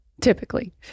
typically